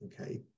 Okay